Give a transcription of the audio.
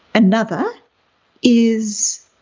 another is,